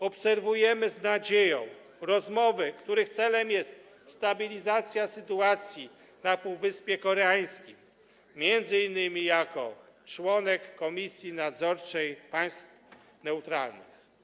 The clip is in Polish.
Obserwujemy z nadzieją rozmowy, których celem jest stabilizacja sytuacji na Półwyspie Koreańskim, m.in. jako członek Komisji Nadzorczej Państw Neutralnych.